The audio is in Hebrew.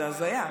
זאת הזיה.